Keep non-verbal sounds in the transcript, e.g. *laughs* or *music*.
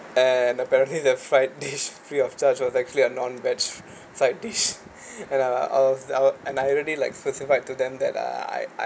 and apparently the fried dish free of charge that was actually a non-veg side dish *laughs* and I'm like I was I was and I really like specified that uh I I